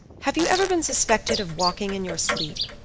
have you ever been suspected of walking in your sleep?